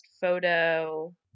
photo